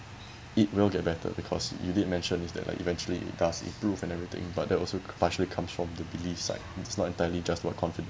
it will get better because you did mention is that like eventually it does improve and everything but that also partially comes from the believe side it's not entirely just about confidence